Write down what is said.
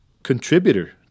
contributor